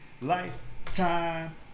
lifetime